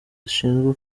zishinzwe